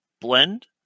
blend